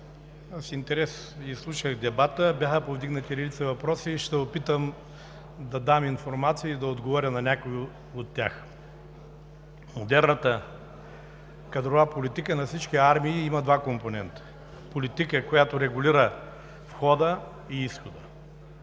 с интерес изслушах дебата. Бяха повдигнати редица въпроси. Ще се опитам да дам информация и да отговоря на някои от тях. Модерната кадрова политика на всички армии има два компонента: политика, която регулира входа и изхода.